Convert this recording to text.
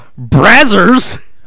Brazzers